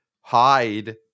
hide—